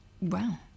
Wow